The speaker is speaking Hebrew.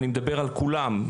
ואני מדבר על כולם,